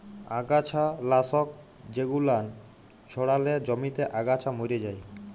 আগাছা লাশক জেগুলান ছড়ালে জমিতে আগাছা ম্যরে যায়